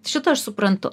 šitą aš suprantu